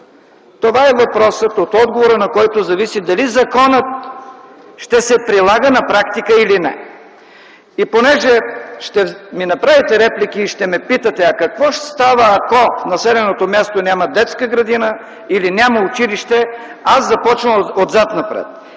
това е въпросът, от отговора на който зависи дали законът ще се прилага на практика или не. Понеже ще ми направите реплики и ще ме питате: а какво ще стане, ако в населеното място няма детска градина или няма училище, започвам отзад-напред.